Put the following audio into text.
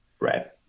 Right